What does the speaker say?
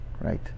right